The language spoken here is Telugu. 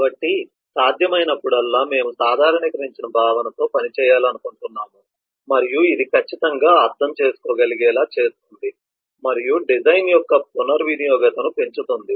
కాబట్టి సాధ్యమైనప్పుడల్లా మేము సాధారణీకరించిన భావనతో పనిచేయాలనుకుంటున్నాము మరియు ఇది ఖచ్చితంగా అర్థం చేసుకోగలిగేలా చేస్తుంది మరియు డిజైన్ యొక్క పునర్వినియోగతను పెంచుతుంది